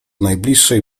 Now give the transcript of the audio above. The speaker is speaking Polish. najbliższej